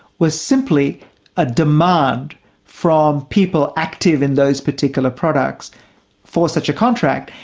was simply a demand from people active in those particular products for such a contract,